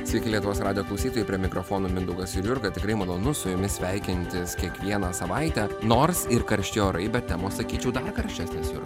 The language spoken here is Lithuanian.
sveiki lietuvos radijo klausytojai prie mikrofono mindaugas ir jurga tikrai malonu su jumis sveikintis kiekvieną savaitę nors ir karšti orai bet temos sakyčiau dar karštesnės jurga